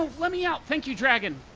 ah let me out! thank you, dragon!